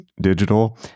digital